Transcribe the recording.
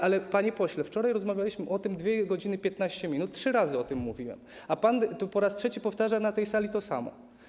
Ale panie pośle, wczoraj rozmawialiśmy o tym 2 godz. 15 min, trzy razy o tym mówiłem, a pan po raz trzeci powtarza na tej sali to samo.